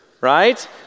right